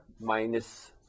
minus